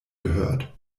gehört